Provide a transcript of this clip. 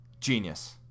Genius